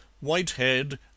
Whitehead